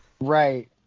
right